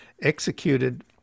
executed